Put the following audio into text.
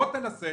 בוא תנסה